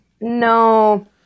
No